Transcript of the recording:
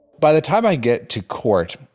by the time i get to court,